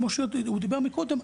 כמו שהוא דיבר מקודם,